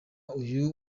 uyu